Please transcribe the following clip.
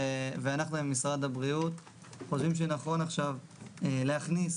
ואנחנו עם משרד הבריאות חושבים שנכון עכשיו להכניס